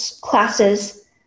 classes